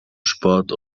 sport